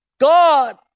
God